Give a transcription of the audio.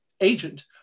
agent